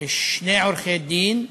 שני עורכי-דין,